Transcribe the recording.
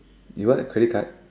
you want a credit card